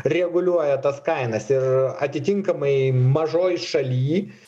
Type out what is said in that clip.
reguliuoja tas kainas ir atitinkamai mažoj šaly